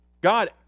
God